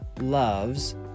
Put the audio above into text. loves